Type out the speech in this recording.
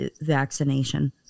vaccination